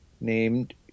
named